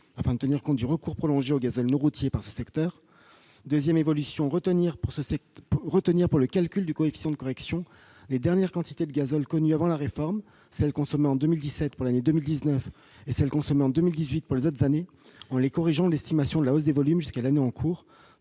afin de tenir compte du recours prolongé au gazole non routier par ce secteur ; ensuite, et c'est une nouvelle évolution, retenir pour le calcul du coefficient de correction les dernières quantités de gazole connues avant la réforme- celles qui ont été consommées en 2017 pour l'année 2019 et celles qui ont été consommées en 2018 pour les autres années -, en les corrigeant de l'estimation de la hausse des volumes jusqu'à l'année en cours.